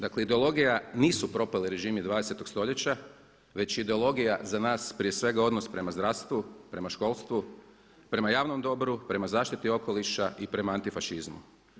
Dakle ideologija nisu propali režimi 20. stoljeća, već je ideologija za nas prije svega odnos prema zdravstvu, prema školstvu, prema javnom dobru, prema zaštiti okoliša i prema antifašizmu.